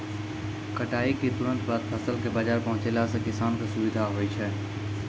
कटाई क तुरंत बाद फसल कॅ बाजार पहुंचैला सें किसान कॅ सुविधा होय छै